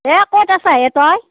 এ ক'ত আছা এ তই